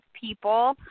people